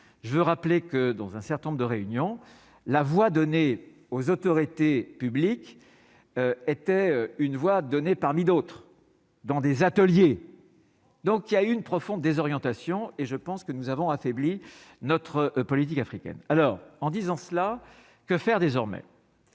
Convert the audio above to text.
je veux rappeler que dans un certain nombre de réunions, la voix, données aux autorités publiques était une voix, données, parmi d'autres dans des ateliers, donc il y a une profonde désorientation et je pense que nous avons affaiblit notre politique africaine alors en disant cela, que faire désormais.